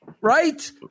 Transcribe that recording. right